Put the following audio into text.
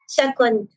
second